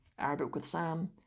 ArabicWithSam